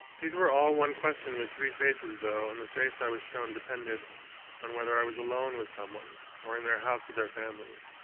these were all one question with three faces, though, and the face i was shown depended on whether i was alone with someone, or in their house with their family,